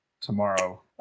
tomorrow